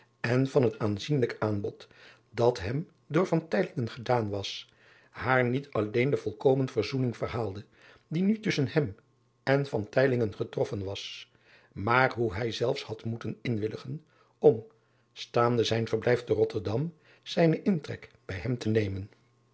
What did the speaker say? en van het aanzienlijk aanbod dat hem door driaan oosjes zn et leven van aurits ijnslager gedaan was haar niet alleen de volkomen verzoening verhaalde die nu tusschen hem en getroffen was maar hoe hij zelfs had moeten inwilligen om staande zijn verblijf de otterdom zijnen intrek bij hem te nemen